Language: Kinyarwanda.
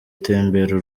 tembera